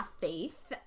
faith